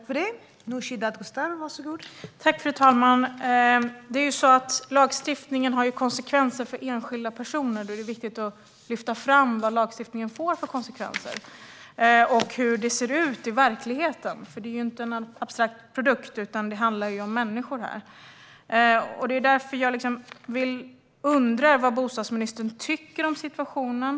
Fru talman! Lagstiftningen har ju konsekvenser för enskilda personer, och då är det viktigt att lyfta fram vad lagstiftningen får för konsekvenser och hur det ser ut i verkligheten. Det här är ju inte en abstrakt produkt, utan det handlar om människor. Därför undrar jag vad bostadsministern tycker om situationen.